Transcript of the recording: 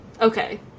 Okay